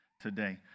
today